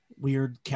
weird